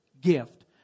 gift